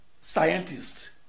scientists